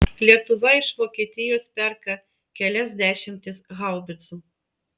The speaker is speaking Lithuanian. lietuva iš vokietijos perka kelias dešimtis haubicų